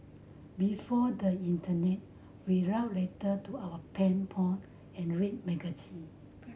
before the internet we wrote letter to our pen pal and read magazine